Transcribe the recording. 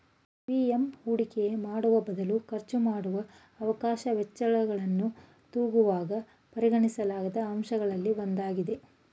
TVM ಹೂಡಿಕೆ ಮಾಡುವಬದಲು ಖರ್ಚುಮಾಡುವ ಅವಕಾಶ ವೆಚ್ಚಗಳನ್ನು ತೂಗುವಾಗ ಪರಿಗಣಿಸಲಾದ ಅಂಶಗಳಲ್ಲಿ ಒಂದಾಗಿದೆ